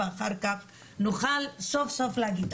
ואחר כך נוכל סוף סוף להגיד.